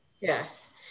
Yes